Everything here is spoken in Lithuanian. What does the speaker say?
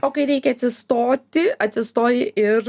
o kai reikia atsistoti atsistoji ir